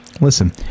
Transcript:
Listen